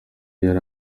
yari